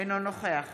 אינו נוכח